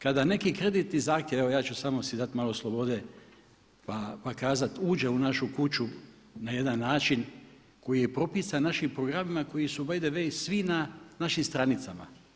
Kada neki kreditni zahtjev, evo ja ću samo si dati malo slobode pa kazati uđe u našu kuću na jedan način koji je propisan našim programima koji su by the way svi na našim stranicama.